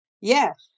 Yes